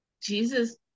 Jesus